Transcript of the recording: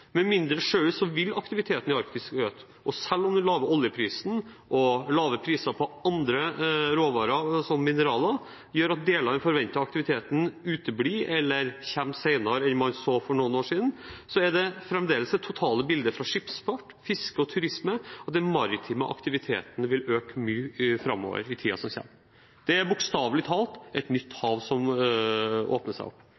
Med mindre sjøis vil aktiviteten i Arktis øke. Selv om den lave oljeprisen og lave priser på andre råvarer, som mineraler, gjør at deler av den forventede aktiviteten uteblir eller kommer senere enn man så for noen år siden, er fremdeles det totale bildet fra skipsfart, fiske og turisme at den maritime aktiviteten vil øke mye i tiden som kommer. Det er bokstavelig talt et nytt hav som åpner seg opp.